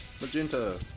Magenta